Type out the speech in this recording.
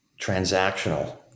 transactional